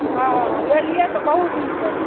हँ एलियै तऽ बहुत दिन पर